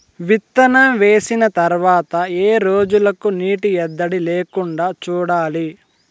విత్తనం వేసిన తర్వాత ఏ రోజులకు నీటి ఎద్దడి లేకుండా చూడాలి?